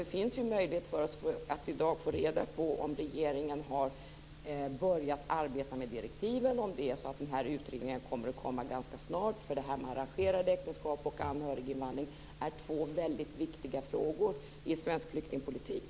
Det finns alltså möjligheter för oss att i dag få reda på om regeringen har börjat arbeta med direktiven och om det är så att utredningen kommer ganska snart, för detta med arrangerade äktenskap och anhöriginvandring är två väldigt viktiga frågor i svensk flyktingpolitik.